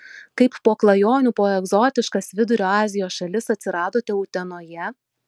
kaip po klajonių po egzotiškas vidurio azijos šalis atsiradote utenoje